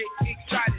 excited